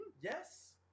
Yes